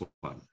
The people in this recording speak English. one